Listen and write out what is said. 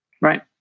Right